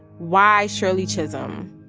why shirley chisholm?